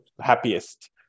happiest